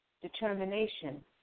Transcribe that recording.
determination